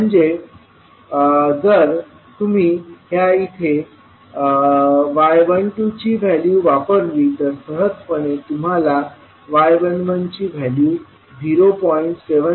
म्हणजे जर तुम्ही ह्या येथे y12ची व्हॅल्यू वापरली तर सहजपणे तुम्हाला y11ची व्हॅल्यू 0